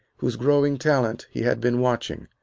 whose growing talent he had been watching.